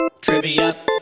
Trivia